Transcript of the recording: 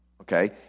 Okay